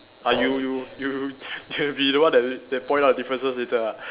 uh you you you you you'll be the one that that point out differences later ah